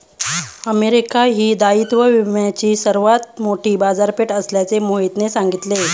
America ही दायित्व विम्याची सर्वात मोठी बाजारपेठ असल्याचे मोहितने सांगितले